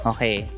Okay